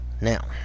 Now